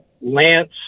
Lance